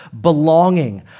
belonging